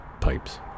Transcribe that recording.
pipes